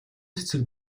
цэцэг